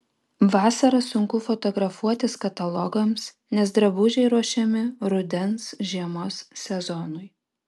vasarą sunku fotografuotis katalogams nes drabužiai ruošiami rudens žiemos sezonui